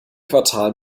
quartal